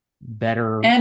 better